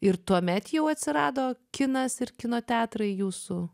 taip ir tuomet jau atsirado kinas ir kino teatrai jūsų